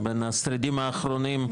בין השרידים האחרונים.